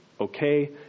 okay